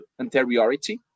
anteriority